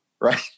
right